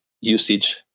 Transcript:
usage